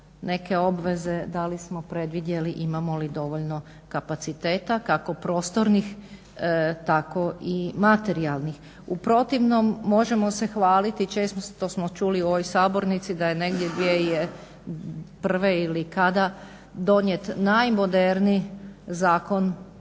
neke obveze, da li smo predvidjeli imamo li dovoljno kapaciteta, kako prostornih tako i materijalnih, u protivnom možemo se hvaliti. Često smo čuli u ovoj sabornici da je negdje 2001. ili kada donijet najmoderniji Zakon